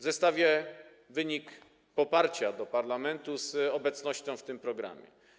Zestawię wynik poparcia do parlamentu z obecnością w tym programie.